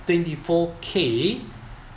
twenty four K